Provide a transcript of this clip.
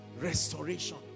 Restoration